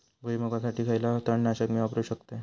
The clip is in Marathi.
भुईमुगासाठी खयला तण नाशक मी वापरू शकतय?